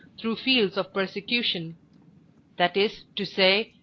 through fields of persecution that is to say,